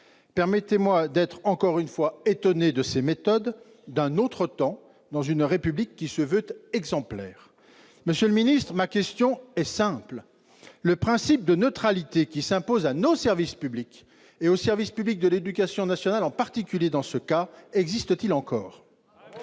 Permettez-moi encore une fois de m'étonner de ces méthodes d'un autre temps, dans une République qui se veut pourtant exemplaire ! Monsieur le ministre, ma question est simple : le principe de neutralité qui s'impose à nos services publics, et au service public de l'éducation nationale en particulier, existe-t-il encore ?